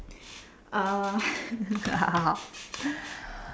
uh